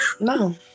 No